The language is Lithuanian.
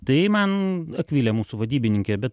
tai man akvilė mūsų vadybininkė bet